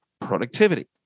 productivity